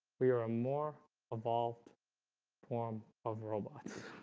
we are a more evolved form of robots